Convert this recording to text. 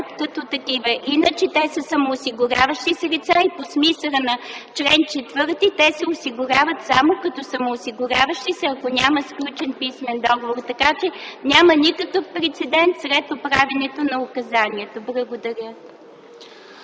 като такива. Те са самоосигуряващи се лица и по смисъла на чл. 4 те се осигуряват само като самоосигуряващи се, ако няма сключен писмен договор. Така че, няма никакъв прецедент след оправянето на указанието. Благодаря.